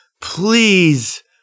Please